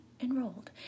enrolled